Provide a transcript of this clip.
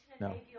No